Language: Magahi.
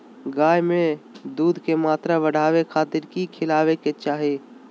गाय में दूध के मात्रा बढ़ावे खातिर कि खिलावे के चाही?